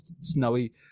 snowy